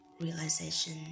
realization